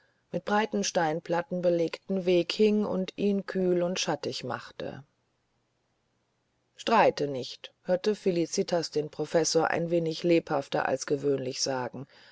mit breiten steinplatten belegten weg hing und ihn kühl und schattig machte streite nicht hörte felicitas den professor ein wenig lebhafter als gewöhnlich sagen